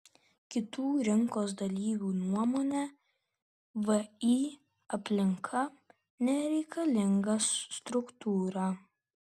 kitų rinkos dalyvių nuomone vį aplinka nereikalinga struktūra